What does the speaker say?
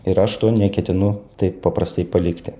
ir aš to neketinu taip paprastai palikti